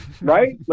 Right